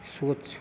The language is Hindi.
सोच